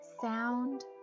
sound